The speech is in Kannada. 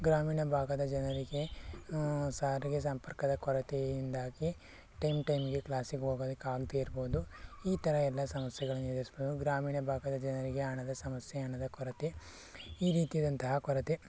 ಗ್ರಾಮೀಣ ಭಾಗದ ಜನರಿಗೆ ಸಾರಿಗೆ ಸಂಪರ್ಕದ ಕೊರತೆಯಿಂದಾಗಿ ಟೈಮ್ ಟೈಮಿಗೆ ಕ್ಲಾಸಿಗೆ ಹೋಗದಕ್ಕೆ ಆಗದೆ ಇರ್ಬೋದು ಈ ಥರ ಎಲ್ಲ ಸಮಸ್ಯೆಗಳನ್ನು ಎದುರ್ಸ್ಬೋದು ಗ್ರಾಮೀಣ ಭಾಗದ ಜನರಿಗೆ ಹಣದ ಸಮಸ್ಯೆ ಹಣದ ಕೊರತೆ ಈ ರೀತಿಯಾದಂತಹ ಕೊರತೆ